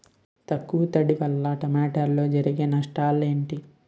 తక్కువ తడి వల్ల టమోటాలో జరిగే నష్టాలేంటి?